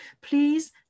please